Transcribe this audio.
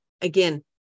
again